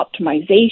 optimization